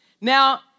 Now